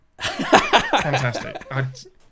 Fantastic